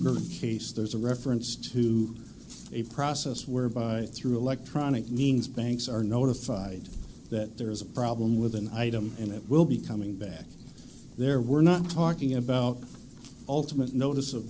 r case there's a reference to a process whereby through electronic means banks are notified that there is a problem with an item and it will be coming back there we're not talking about ultimate notice of